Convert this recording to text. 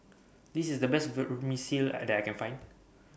This IS The Best Vermicelli that I Can Find